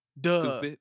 Duh